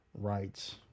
rights